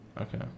Okay